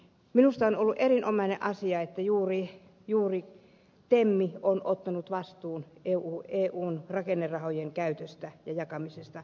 minusta on ollut erinomainen asia että juuri tem on ottanut vastuun eun rakennerahojen käytöstä ja jakamisesta